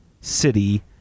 city